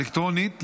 אלקטרונית.